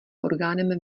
orgánem